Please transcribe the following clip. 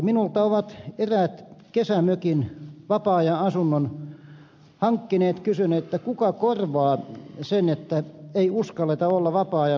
minulta ovat eräät kesämökin vapaa ajan asunnon hankkineet kysyneet kuka korvaa sen että ei uskalleta olla vapaa ajan asunnolla